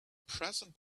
present